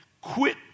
Quit